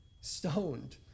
stoned